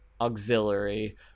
auxiliary